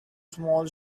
small